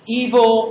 evil